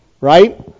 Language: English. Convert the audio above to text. right